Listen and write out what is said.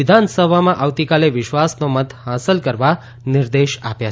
વિધાનસભામાં આવતીકાલે વિશ્વાસનો મત હાંસલ કરવા નિર્દેશ આપ્યા છે